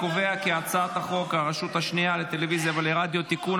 הצעת חוק הרשות השנייה לטלוויזיה ורדיו (תיקון,